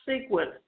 sequence